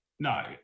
No